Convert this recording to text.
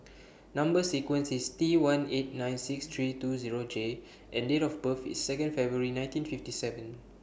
Number sequence IS T one eight nine six three two Zero J and Date of birth IS Second February nineteen fifty seven